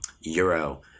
Euro